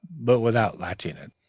but without latching it,